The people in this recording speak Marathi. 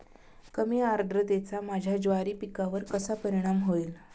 कमी आर्द्रतेचा माझ्या ज्वारी पिकावर कसा परिणाम होईल?